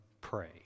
pray